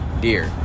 deer